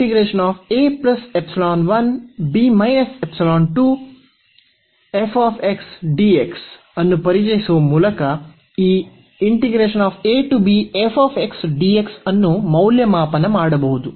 ಆದ್ದರಿಂದ ಈ ಸಂದರ್ಭದಲ್ಲಿ ನಾವು ಈ ಅನ್ನು ಪರಿಚಯಿಸುವ ಮೂಲಕ ಈ ಅನ್ನು ಮೌಲ್ಯಮಾಪನ ಮಾಡಬಹುದು